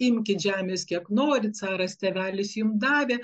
imkit žemės kiek norit caras tėvelis jums davė